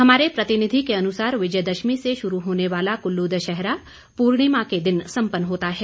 हमारे प्रतिनिधि के अनुसार विजय दशमी से शुरू होने वाला कुल्लू दशहरा पूर्णिमा के दिन सम्पन्न होता है